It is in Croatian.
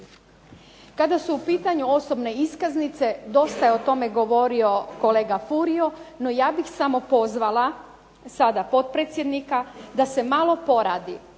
Kada su u pitanju osobne iskaznice dosta je govorio o tome kolega Furio, no ja bih samo pozvala sada potpredsjednika da se malo poradi